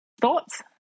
Thoughts